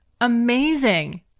Amazing